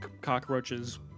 cockroaches